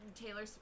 Taylor